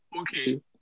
okay